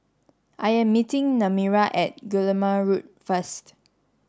I am meeting Nehemiah at Guillemard Road first